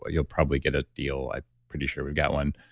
ah you'll probably get a deal. i'm pretty sure we got one.